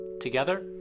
Together